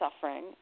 suffering